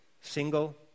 single